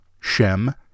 Shem